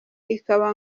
ikaba